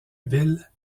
ville